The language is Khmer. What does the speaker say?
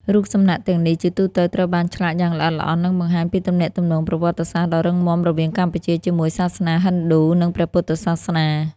រូបសំណាកទាំងនេះជាទូទៅត្រូវបានឆ្លាក់យ៉ាងល្អិតល្អន់ និងបង្ហាញពីទំនាក់ទំនងប្រវត្តិសាស្ត្រដ៏រឹងមាំរវាងកម្ពុជាជាមួយសាសនាហិណ្ឌូ និងព្រះពុទ្ធសាសនា។